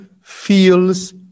feels